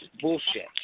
bullshit